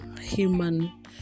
human